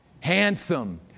handsome